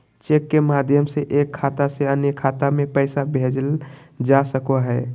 cheque के माध्यम से एक खाता से अन्य खाता में पैसा भेजल जा सको हय